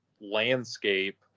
landscape